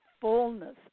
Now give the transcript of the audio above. fullness